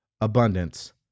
abundance